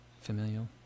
familial